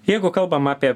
jeigu kalbam apie